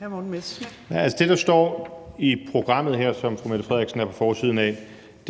Det, der jo står i programmet her, som fru Mette Frederiksen er på forsiden af,